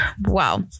Wow